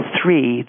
three